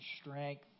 strength